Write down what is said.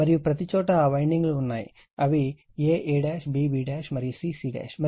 మరియు ప్రతిచోటా ఆ వైండింగ్ లు ఉన్నాయి అవి a ab b మరియు c c